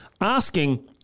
Asking